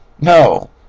No